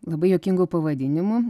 labai juokingu pavadinimu